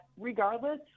regardless